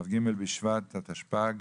כ"ג בשבט התשפ"ג